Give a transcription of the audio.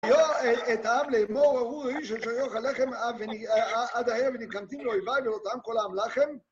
לא טעם לאמור ארור האיש אשר יאכל לחם עד הערב ונקמתי מאויביי ולא טעם כל העם לחם?